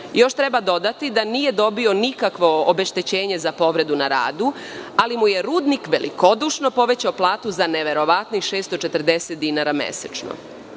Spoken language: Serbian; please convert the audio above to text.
treba dodati da nije dobio nikakvo obeštećenje za povredu na radu, ali mu je rudnik velikodušno povećao platu za neverovatnih 640 dinara mesečno.